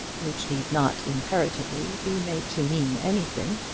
which need not imperatively be made to mean anything,